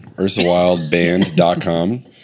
ursawildband.com